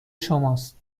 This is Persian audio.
شماست